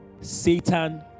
Satan